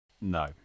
No